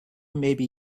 maybe